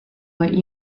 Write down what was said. what